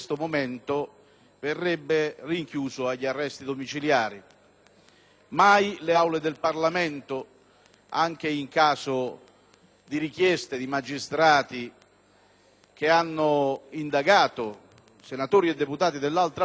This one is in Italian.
Mai le Aule del Parlamento, anche in caso di richieste di magistrati che hanno riguardato senatori e deputati dell'altro schieramento, si sono pronunciate a favore dell'arresto. Quest'Aula si è